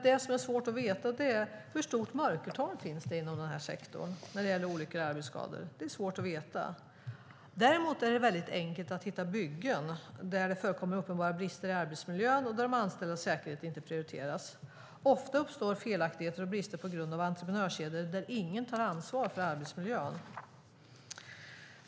Det är svårt att veta hur stort mörkertalet är inom den här sektorn när det gäller olyckor och arbetsskador. Däremot är det väldigt enkelt att hitta byggen där det förekommer uppenbara brister i arbetsmiljön och där de anställdas säkerhet inte prioriteras. Ofta uppstår felaktigheter och brister på grund av entreprenörskedjor där ingen tar ansvar för arbetsmiljön.